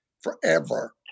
forever